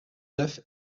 neuf